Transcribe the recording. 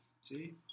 See